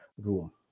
room